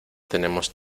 tenemos